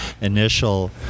initial